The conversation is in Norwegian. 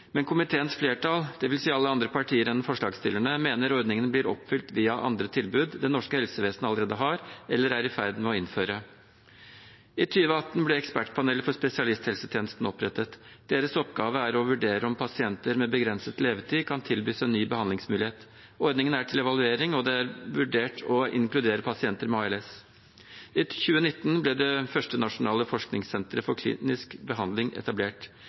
men komiteens flertall, dvs. alle andre partier enn forslagsstillerne, mener ordningen blir oppfylt via andre tilbud det norske helsevesenet allerede har, eller er i ferd med å innføre. I 2018 ble Ekspertpanelet for spesialisthelsetjenesten opprettet. Deres oppgave er å vurdere om pasienter med begrenset levetid kan tilbys en ny behandlingsmulighet. Ordningen er til evaluering, og det er vurdert å inkludere pasienter med ALS. I 2019 ble det første nasjonale forskningssenteret for klinisk behandling etablert,